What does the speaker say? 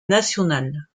nationale